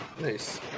Nice